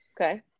Okay